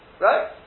Right